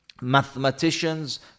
mathematicians